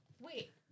wait